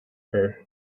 her